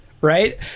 right